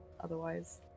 otherwise